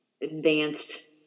advanced